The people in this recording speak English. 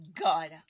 god